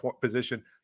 position